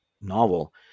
novel